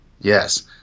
Yes